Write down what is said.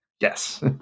yes